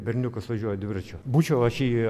berniukas važiuoja dviračiu būčiau aš jį